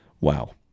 Wow